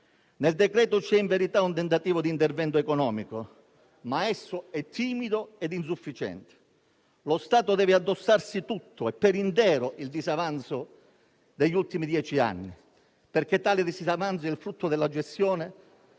in esame c'è in verità un tentativo di intervento economico, ma è timido e insufficiente. Lo Stato deve addossarsi tutto e per intero il disavanzo degli ultimi dieci anni, perché è il frutto della gestione